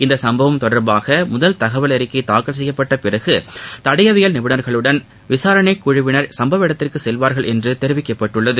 இச்சம்பவம் தொடர்பாக முதல் தகவல் அறிக்கை தாக்கல் செய்யப்பட்ட பிறகு தடயவியல் நிபுணர்களுடன் விசாரணைக்குழுவினர் சம்பவ இடத்திற்கு செல்வார்கள் என்று தெரிவிக்கப்பட்டுள்ளது